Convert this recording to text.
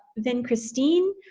vincristine,